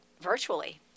virtually